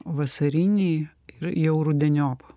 vasariniai ir jau rudeniop